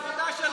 לעבודה שלך,